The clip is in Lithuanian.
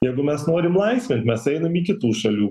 jeigu mes norim laisvint mes einam į kitų šalių